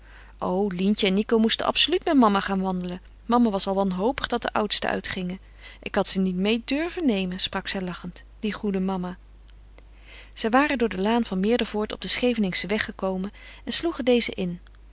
o lientje en nico moesten absoluut met mama gaan wandelen mama was al wanhopig dat de oudsten uitgingen ik had ze niet meê durven nemen sprak zij lachend die goede mama zij waren door de laan van meerdervoort op den scheveningschen weg gekomen en sloegen dezen in